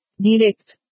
Direct